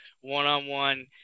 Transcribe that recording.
one-on-one